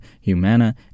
Humana